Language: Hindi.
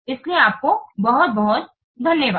इसलिए आपको बहुत बहुत धन्यवाद